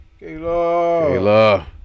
Kayla